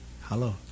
Hello